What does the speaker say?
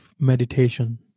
meditation